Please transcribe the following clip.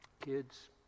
Kids